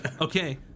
Okay